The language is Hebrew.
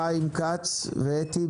חיים כץ ואתי,